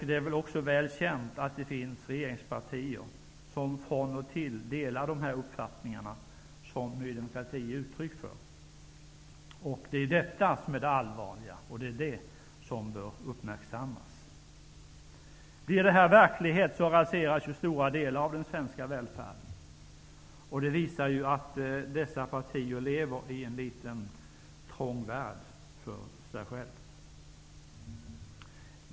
Det är också väl känt att det finns regeringspartier som från och till delar de uppfattningar som Ny demokrati ger uttryck för. Det är detta som är det allvarliga och som bör uppmärksammas. Blir det här verklighet, raseras stora delar av den svenska välfärden. Det visar att dessa partier lever i en egen liten trång värld för sig själva.